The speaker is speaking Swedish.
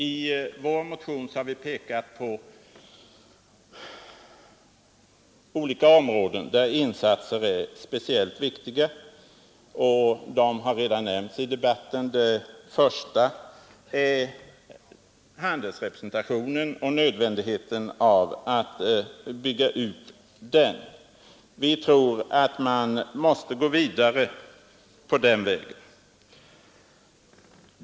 I vår motion har vi pekat på olika områden där insatser är speciellt viktiga och de har redan nämnts i debatten. Det första gäller handelsrepresentationen och nödvändigheten att bygga ut denna. Vi tror att man måste gå vidare på den vägen.